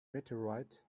meteorite